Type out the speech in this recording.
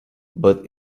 but